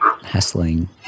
hassling